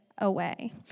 away